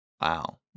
Wow